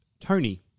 Tony